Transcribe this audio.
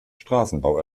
straßenbau